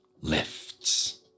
lifts